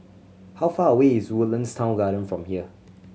how far away is Woodlands Town Garden from here